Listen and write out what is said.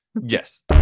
Yes